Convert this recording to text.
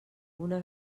una